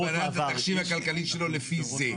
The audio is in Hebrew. התחשיב הכלכלי שלו הוא לפי זה.